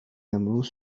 امروز